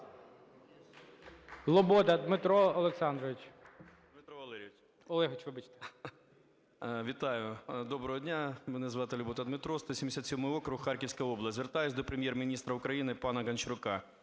Доброго дня! Мене звати Любота Дмитро, 177 округ, Харківська область. Звертаюсь до Прем'єр-міністра України пана Гончарука.